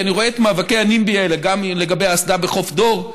כי אני רואה את מאבקי ה-NIMBY האלה גם לגבי האסדה בחוף דור.